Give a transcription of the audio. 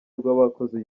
rw’abakoze